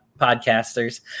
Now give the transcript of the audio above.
podcasters